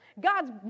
God's